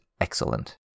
excellent